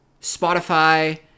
Spotify